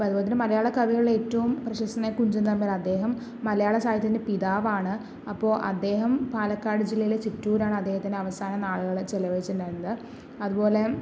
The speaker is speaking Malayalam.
അപ്പോൾ അതുപോലെ മലയാളകവികളിൽ ഏറ്റവും പ്രശസ്തനായ കുഞ്ചൻ നമ്പ്യാർ അദ്ദേഹം മലയാളസാഹിത്യത്തിൻ്റെ പിതാവാണ് അപ്പോൾ അദ്ദേഹം പാലക്കാട് ജില്ലയിലെ ചിറ്റൂരാണ് അദ്ദേഹത്തിൻ്റെ അവസാനനാളുകൾ ചിലവഴിച്ചിട്ടുണ്ടായിരുന്നത് അതുപോലെ